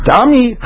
Dami